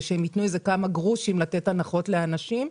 שהם יתנו איזה כמה גרושים לתת הנחות לאנשים.